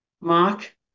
Mark